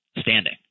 standing